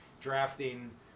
drafting